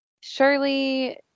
surely